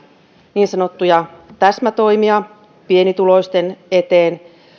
niin sanottuja täsmätoimia pienituloisten eteen